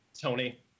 Tony